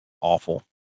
awful